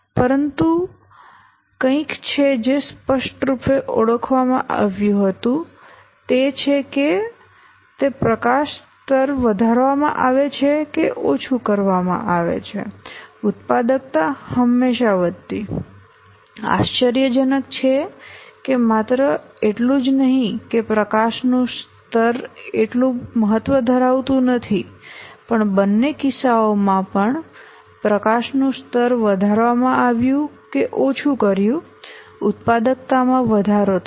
પરંતુ કંઈક કે જે સ્પષ્ટ રૂપે ઓળખવામાં આવ્યું હતું તે તે છે કે પ્રકાશ સ્તર વધારવામાં આવે છે કે ઓછું કરવામાં આવે છે ઉત્પાદકતા હંમેશાં વધતી આશ્ચર્યજનક છે કે માત્ર એટલું જ નહીં કે પ્રકાશનું સ્તર એટલું મહત્ત્વ ધરાવતું નથી પણ બંને કિસ્સાઓમાં પણ પ્રકાશનું સ્તર વધારવામાં આવ્યું છે કે ઓછું કર્યું છે ઉત્પાદકતામાં વધારો થયો